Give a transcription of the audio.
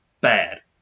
bad